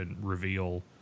reveal